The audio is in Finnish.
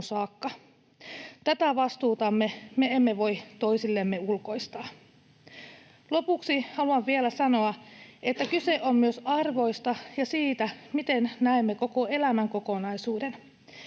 saakka. Tätä vastuutamme me emme voi toisillemme ulkoistaa. Lopuksi haluan vielä sanoa, että kyse on myös arvoista ja siitä, miten näemme koko elämän kokonaisuuden.